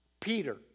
Peter